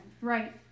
Right